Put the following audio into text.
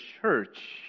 church